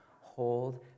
hold